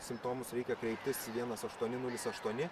simptomus reikia kreiptis į vienas aštuoni nulis aštuoni